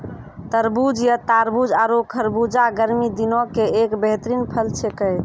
तरबूज या तारबूज आरो खरबूजा गर्मी दिनों के एक बेहतरीन फल छेकै